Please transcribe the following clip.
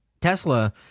Tesla